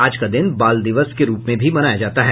आज का दिन बाल दिवस के रूप में भी मनाया जाता है